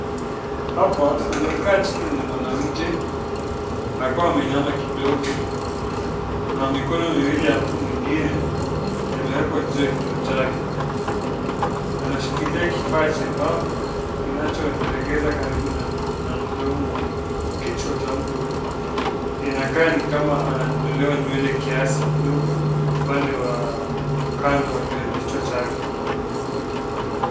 Hapa anayekaa chini ni mwanamke. Amekuwa ameinama kidogo. Na mikono miwili ya mtu mwingine imewekwa juu ya kichwa chake. Anashikilia kifaa chembamba kinachoelekeza karibu na mdomo kichwa cha mtu huyu. Inakaa ni kama ananyolewa nywele kiasi kidogo upande wa kando wa nywele kichwa chake.